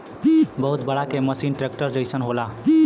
बहुत बड़ा के मसीन ट्रेक्टर जइसन होला